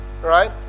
Right